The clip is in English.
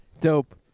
Dope